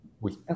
Oui